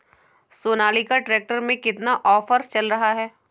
Sonalika tractor में कितना offer चल रहा है?